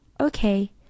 Okay